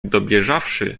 dobieżawszy